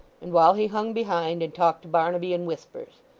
and while he hung behind, and talked to barnaby in whispers.